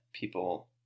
people